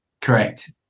Correct